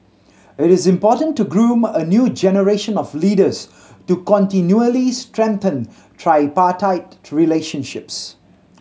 it is important to groom a new generation of leaders to continually strengthen tripartite relationships